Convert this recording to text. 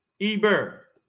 Eber